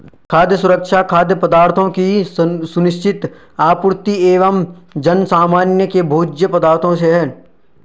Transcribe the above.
खाद्य सुरक्षा खाद्य पदार्थों की सुनिश्चित आपूर्ति एवं जनसामान्य के भोज्य पदार्थों से है